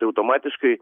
tai automatiškai